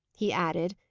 he added,